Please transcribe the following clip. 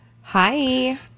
Hi